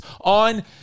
on